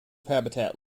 habitat